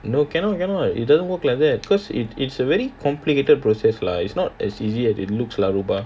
no cannot cannot it doesn't work like that because it it's a very complicated process lah is not as easy as it looks lah rupa